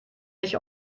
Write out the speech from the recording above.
nicht